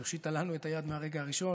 היא הושיטה לנו את היד מהרגע הראשון.